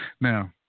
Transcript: Now